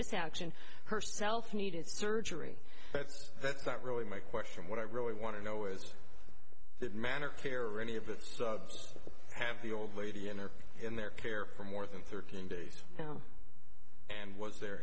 this action herself needed surgery that's that's not really my question what i really want to know is that manner care or any of that have the old lady in there in their care for more than thirteen days and was there